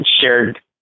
shared